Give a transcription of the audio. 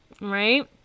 right